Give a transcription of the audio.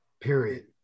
Period